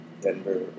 Denver